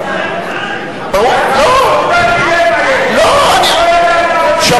דילמה, הוא לא יודע על מה הוא מצביע.